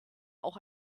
auch